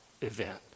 event